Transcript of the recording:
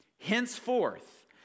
Henceforth